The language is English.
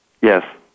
Yes